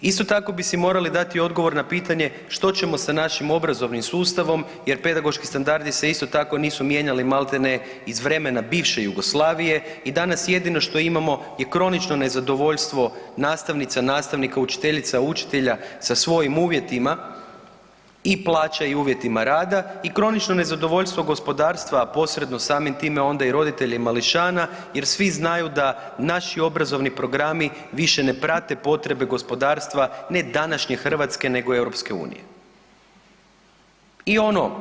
Isto tako bi si morali dati odgovor na pitanje što ćemo sa našim obrazovnim sustavom, jer pedagoški standardi se isto tako nisu mijenjali malte ne iz vremena bivše Jugoslavije i danas jedino što imamo je kronično nezadovoljstvo nastavnica, nastavnika, učiteljica, učitelja sa svojim uvjetima i plaća i uvjetima rada i kronično nezadovoljstvo gospodarstva, a posredno samim time onda i roditelja i mališana jer svi znaju da naši obrazovni programi više ne prate potrebe gospodarstva ne današnje Hrvatske nego i Europske unije.